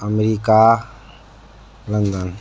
America London